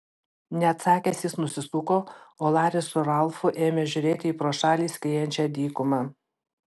neatsakęs jis nusisuko o laris su ralfu ėmė žiūrėti į pro šalį skriejančią dykumą